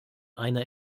einer